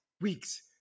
week's